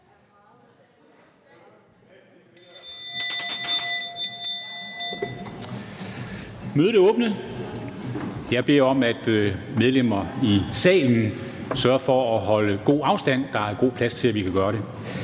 Mødet er åbnet. Jeg beder om, at medlemmer i salen sørger for at holde afstand. Der er god plads, til at vi kan gøre det.